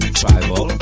tribal